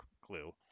clue